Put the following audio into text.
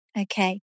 Okay